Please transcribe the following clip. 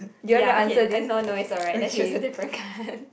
ya K no no it's alright let's choose a different card